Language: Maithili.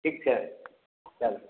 ठीक छै चलू